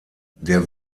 der